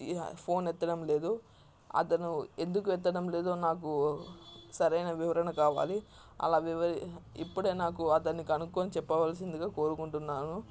phone ఎత్తడం లేదు అతను ఎందుకు ఎత్తడం లేదో నాకు సరైన వివరణ కావాలి అలా ఇప్పుడే నాకు అతన్ని కనుక్కొని చెప్పవలసిందిగా కోరుకుంటున్నాను